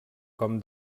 com